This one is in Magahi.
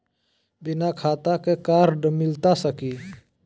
बिना खाता के कार्ड मिलता सकी?